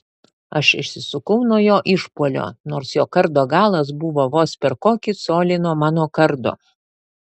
aš išsisukau nuo jo išpuolio nors jo kardo galas buvo vos per kokį colį nuo mano kardo